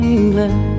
England